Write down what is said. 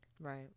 right